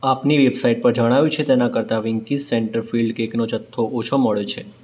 આપની વેબસાઈટ પર જણાવ્યું છે તેનાં કરતાં વિન્કીઝ સેન્ટર ફીલ્ડ કેકનો જથ્થો ઓછો મળ્યો છે